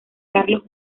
carlos